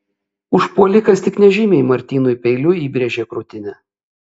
užpuolikas tik nežymiai martynui peiliu įbrėžė krūtinę